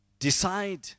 Decide